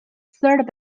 third